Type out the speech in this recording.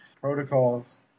protocols